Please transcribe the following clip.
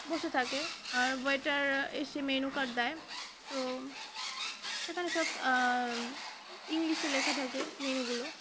বসে থাকে আর ওয়েটার এসে মেনু কার্ড দেয় তো সেখানে সব ইংলিশে লেখা থাকে মেনুগুলো